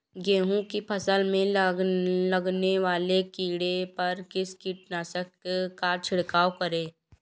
गेहूँ की फसल में लगने वाले कीड़े पर किस कीटनाशक का छिड़काव करें?